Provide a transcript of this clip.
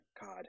God